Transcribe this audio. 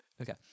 Okay